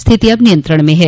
स्थिति अब नियंत्रण में हैं